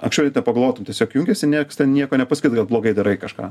anksčiau net nepagalvotum tiesiog jungiesi nieks ten nieko nepasakyt gal blogai darai kažką